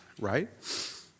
right